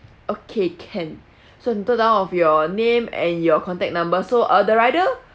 okay can so noted down of your name and your contact number so uh the rider